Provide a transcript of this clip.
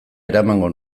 eramango